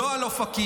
לא על אופקים,